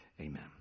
Amen